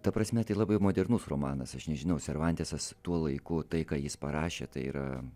ta prasme tai labai modernus romanas aš nežinau servantesas tuo laiku tai ką jis parašė tai yra